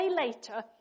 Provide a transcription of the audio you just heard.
later